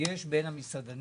ויש בין המסעדנים,